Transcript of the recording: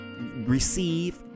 receive